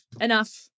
enough